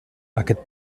aquest